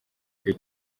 icyo